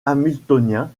hamiltonien